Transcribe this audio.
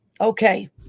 Okay